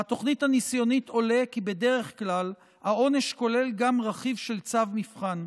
מהתוכנית הניסיונית עולה כי בדרך כלל העונש כולל גם רכיב של צו מבחן.